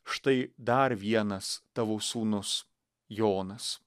štai dar vienas tavo sūnus jonas